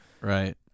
Right